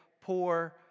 poor